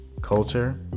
culture